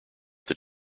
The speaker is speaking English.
that